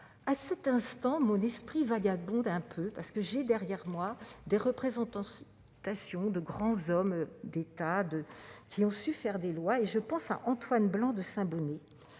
À cet instant, mon esprit vagabonde un peu, car je parle devant les statues de grands hommes d'État qui ont su faire des lois. Je pense à Antoine Blanc de Saint-Bonnet,